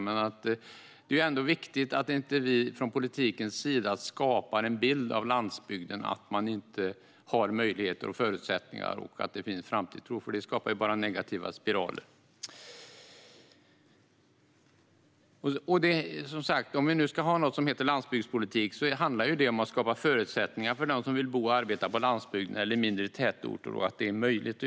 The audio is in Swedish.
Men det är ändå viktigt att vi från politiken inte skapar en bild av landsbygden där man inte har möjligheter och förutsättningar för en framtidstro. Det skapar bara negativa spiraler. Om vi ska ha något som heter landsbygdspolitik måste vi skapa förutsättningar för dem som vill bo och arbeta på landsbygden eller i mindre tätorter och att det ska vara möjligt.